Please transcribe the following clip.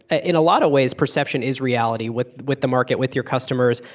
and in a lot of ways perception is reality with with the market, with your customers.